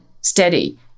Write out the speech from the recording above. steady